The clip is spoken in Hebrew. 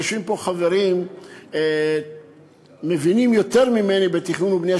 יושבים פה חברים שמבינים יותר ממני בתכנון ובבנייה,